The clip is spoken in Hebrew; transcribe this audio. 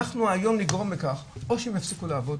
אנחנו היום נגרום לכך או שהן יפסיקו לעבוד,